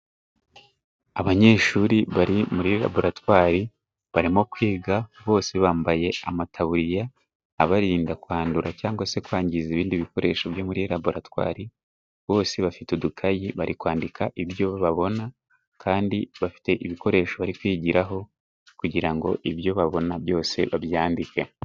Abanyeshuri bari muri laboratwari barimo kwiga. Bose bambaye amataburiya abarinda kwandura cyangwa se kwangiza ibindi bikoresho byo muri laboratwari. Bose bafite udukayi bari kwandika ibyo babona kandi bafite ibikoresho bari kwigiraho kugira ngo ibyo babona byose babyandike.